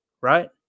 right